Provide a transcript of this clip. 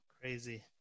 Crazy